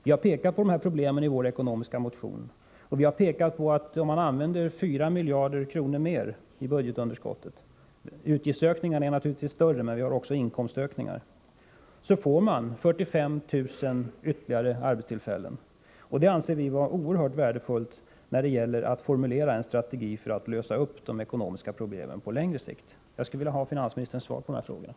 Vi har pekat på de här problemen i vår ekonomiska motion, och vi säger där att om man ökar budgetunderskottet med 4 miljarder kronor — utgiftsökningarna är naturligtvis större, men vi har också inkomstökningar — får man 45 000 ytterligare arbetstillfällen. Det anser vi vara oerhört värdefullt när det gäller att formulera en strategi för att lösa de ekonomiska problemen på längre sikt. Jag skulle vilja ha finansministerns svar på de här frågorna.